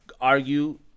argue